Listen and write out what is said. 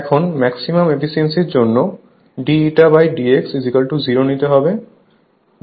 এখন maximum efficiency জন্য dηdx0 নিতে হবে